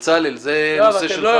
בצלאל, זה נושא שלך.